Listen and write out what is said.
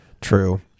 True